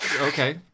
okay